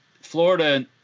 Florida